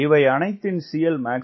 இவையனைத்தின் CLmax 1